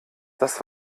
das